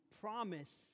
promise